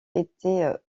étaient